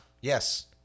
Yes